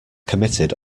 committed